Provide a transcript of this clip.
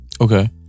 Okay